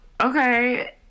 okay